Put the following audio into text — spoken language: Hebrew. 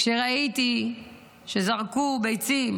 כשראיתי שזרקו ביצים